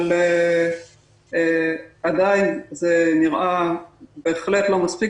אבל עדיין זה נראה בהחלט לא מספיק,